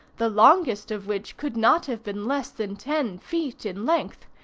the longest of which could not have been less than ten feet in length,